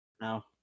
No